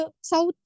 South